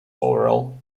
oral